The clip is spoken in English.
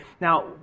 Now